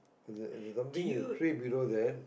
th there's there's a tree below there